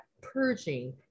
purging